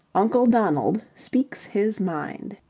uncle donald speaks his mind